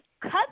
cut